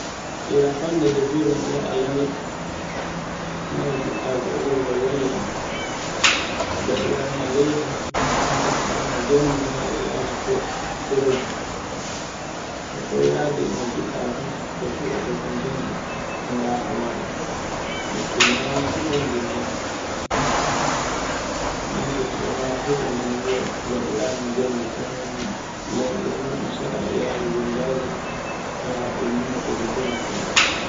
Ira fande defirta ira alleri. ngaye jiɗɗa gollirgo yalla ngaɗiraga leydi na gaɗiraga jande na gaɗiraga fo foroge. To ɗo yadi eka ngiɗɗa fu kofu kokontane, radu maɗa ngan chondi ma ngafu kan gollirta. Min ni fu mi tcamani gonda miya gaɗiranga jande kanwoni laybol muɗum seɗa e yayu wululaygo, e yayu bendigo ko defira fu laba.